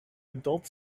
adult